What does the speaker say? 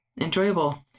Enjoyable